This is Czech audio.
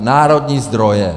Národní zdroje.